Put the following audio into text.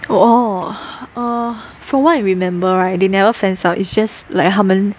oh err for what I remember right they never fence up it's just like 他们